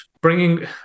bringing